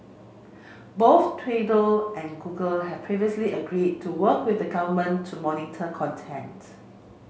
both Twitter and Google have previously agreed to work with the government to monitor content